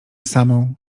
samą